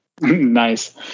Nice